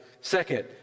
Second